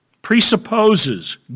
presupposes